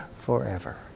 forever